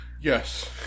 Yes